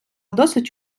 досить